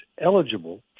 eligible